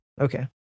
Okay